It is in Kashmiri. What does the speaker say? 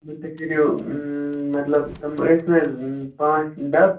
تِم تہِ کٔرِو مطلب تِم ٲسۍ نہَ حظ پانٛژھ ڈَبہٕ